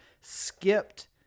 skipped